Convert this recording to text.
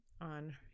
on